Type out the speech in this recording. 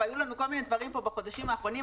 והיו לנו כל מני דברים בחודשים האחרונים,